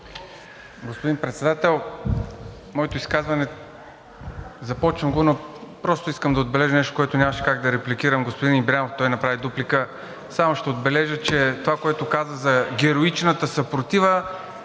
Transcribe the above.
Господин Председател, моето изказване, започвам го, но просто искам да отбележа нещо, което нямаше как да репликирам господин Ибрямов, той направи дуплика. Само ще отбележа, че това, което каза за героичната съпротива